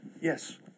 Yes